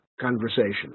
conversation